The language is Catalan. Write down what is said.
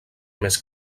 més